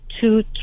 two